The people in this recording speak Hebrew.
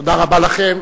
תודה רבה לכם.